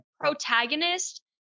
protagonist